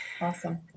Awesome